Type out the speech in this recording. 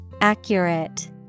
Accurate